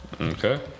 Okay